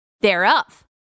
thereof